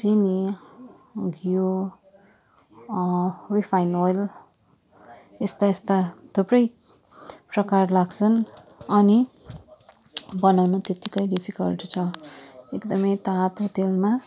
चिनी घिउ refine oil यस्ता यस्ता थुप्रै प्रकार लाग्छन् अनि बनाउनु त्यतिकै डिफिकल्ट छ एकदम तातो तेलमा